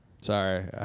Sorry